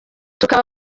tukaba